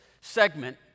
segment